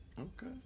Okay